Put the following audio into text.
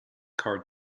card